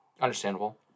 Understandable